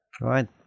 right